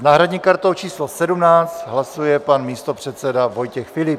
S náhradní kartou číslo 17 hlasuje pan místopředseda Vojtěch Filip.